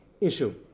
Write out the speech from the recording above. issue